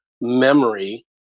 memory